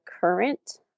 current